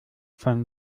von